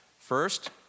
First